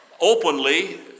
openly